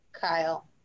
Kyle